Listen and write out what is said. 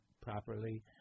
properly